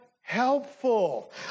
helpful